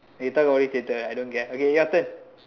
we talk about later I don't care okay your turn